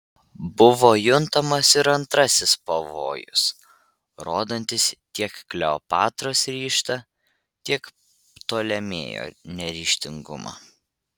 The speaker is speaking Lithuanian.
buvo juntamas ir antrasis pavojus rodantis tiek kleopatros ryžtą tiek ptolemėjo neryžtingumą